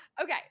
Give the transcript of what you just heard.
Okay